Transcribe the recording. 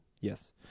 yes